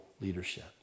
leadership